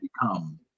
become